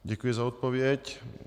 Děkuji za odpověď.